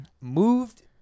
moved